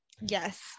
Yes